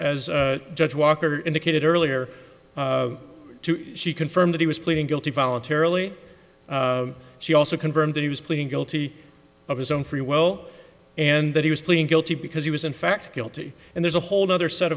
as judge walker indicated earlier she confirmed he was pleading guilty voluntarily she also confirmed that he was pleading guilty of his own free will and that he was pleading guilty because he was in fact guilty and there's a whole other set